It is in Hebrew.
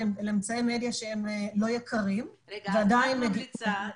אמצעי מדיה שהם לא יקרים ועדיין --- שנייה,